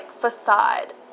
facade